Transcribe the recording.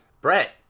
Brett